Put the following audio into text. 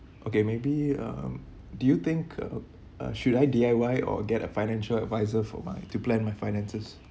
okay maybe um do you think uh uh should I D_I_Y or get a financial advisor for my to plan my finances